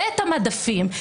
ואת המדפים,